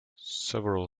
several